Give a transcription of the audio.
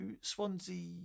Swansea